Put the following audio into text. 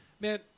Man